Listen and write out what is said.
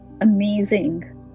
amazing